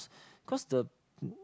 cause the